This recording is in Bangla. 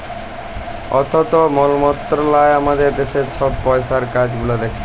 অথ্থ মলত্রলালয় আমাদের দ্যাশের ছব পইসার কাজ গুলা দ্যাখে